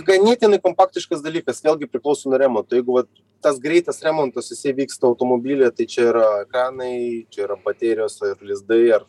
ganėtinai kompaktiškas dalykas vėlgi priklauso nuo remonto jeigu vat tas greitas remontas jisai vyksta automobilyje tai čia yra ekranai čia yra baterijos lizdai ar